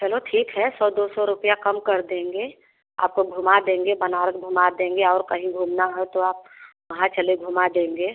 चलो ठीक है सौ दो सौ रुपया कम कर देंगे आपको घुमा देंगे बनारस घुमा देंगे और कहीं घूमना है तो आप वहाँ चले घुमा देंगे